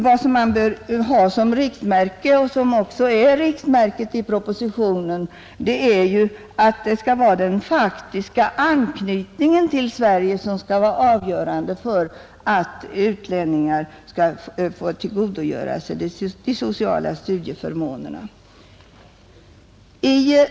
Vad man bör ha som riktmärke, vilket också är riktmärket för propositionen, är att den faktiska anknytningen till Sverige skall vara det avgörande villkoret för att utlänningar skall få tillgodogöra sig de studiesociala förmånerna.